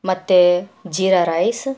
ಮತ್ತೇ ಜೀರಾ ರೈಸ್